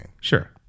Sure